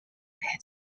pet